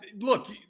Look